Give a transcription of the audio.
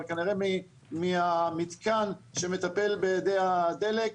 אבל כנראה מהמתקן שמטפל באדי הדלק,